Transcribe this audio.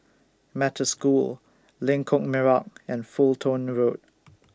Metta School Lengkok Merak and Fulton Road